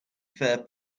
fair